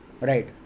Right